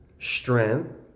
Strength